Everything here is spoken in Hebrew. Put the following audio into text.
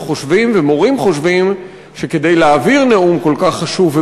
חושבים ומורים חושבים שכדי להעביר נאום כל כך חשוב,